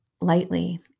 lightly